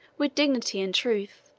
with dignity and truth,